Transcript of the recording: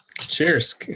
Cheers